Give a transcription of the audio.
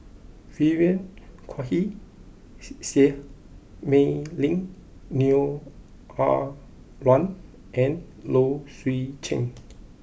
Vivien Quahe Seah Mei Lin Neo Ah Luan and Low Swee Chen